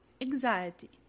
anxiety